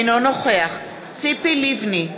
אינו נוכח ציפי לבני,